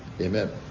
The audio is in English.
Amen